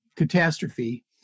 catastrophe